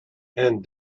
and